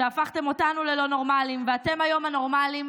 שהפכתם אותנו ללא נורמליים ואתם היום הנורמליים,